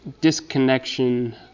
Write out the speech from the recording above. disconnection